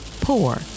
poor